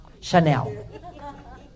Chanel